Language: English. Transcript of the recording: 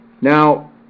now